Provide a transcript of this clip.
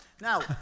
Now